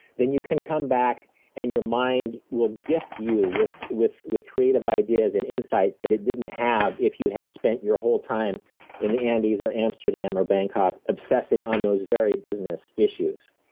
then you can come back and your mind will gift you with with creative ideas and insights that it didn't have if you had spent your whole time in the andes or amsterdam or bangkok obsessing on those very business issues.